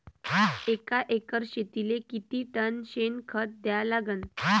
एका एकर शेतीले किती टन शेन खत द्या लागन?